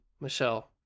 Michelle